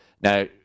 Now